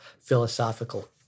philosophical